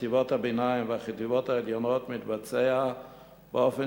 חטיבות הביניים והחטיבות העליונות מתבצעת באופן